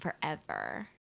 forever